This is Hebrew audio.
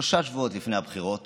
שלושה שבועות לפני הבחירות